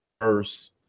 first